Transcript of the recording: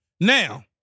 Now